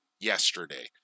yesterday